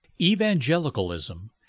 Evangelicalism